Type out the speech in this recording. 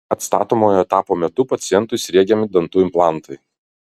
atstatomojo etapo metu pacientui sriegiami dantų implantai